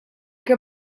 que